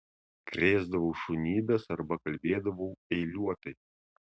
krėsdavau šunybes arba kalbėdavau eiliuotai